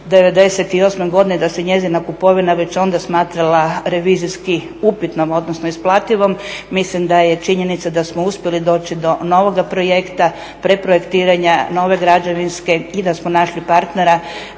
'98. godine i da se njezina kupovina već onda smatrala revizijski upitnom, odnosno isplativom, mislim da je činjenica da smo uspjeli doći do novoga projekta, preprojektiranja nove građevinske i da smo našli partnera,